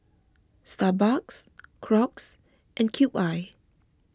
Starbucks Crocs and Cube I